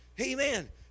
Amen